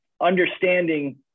understanding